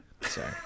Sorry